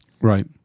Right